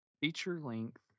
Feature-length